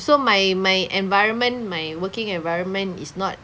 so my my environment my working environment is not